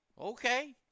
Okay